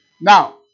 Now